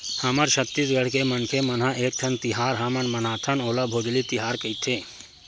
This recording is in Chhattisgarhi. हमर छत्तीसगढ़ के मनखे मन ह एकठन तिहार हमन मनाथन ओला भोजली तिहार कइथे